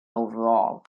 overall